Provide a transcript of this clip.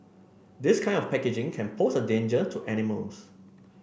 this kind of packaging can pose a danger to animals